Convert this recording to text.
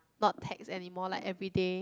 not text anymore like everyday